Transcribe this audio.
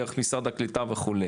דרך משרד הקליטה וכו.